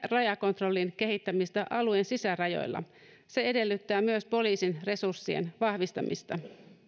rajakontrollin kehittämistä alueen sisärajoilla se edellyttää myös poliisin resurssien vahvistamista